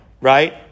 right